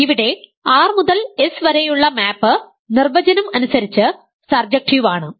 ഇവിടെ R മുതൽ S വരെയുള്ള മാപ് നിർവചനം അനുസരിച്ച് സർജക്റ്റീവ് ആണ്